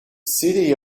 city